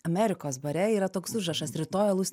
amerikos bare yra toks užrašas rytoj alus